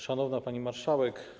Szanowna Pani Marszałek!